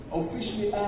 officially